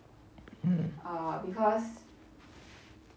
mm